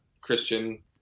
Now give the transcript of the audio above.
Christian